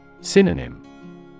Synonym